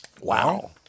Wow